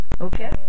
Okay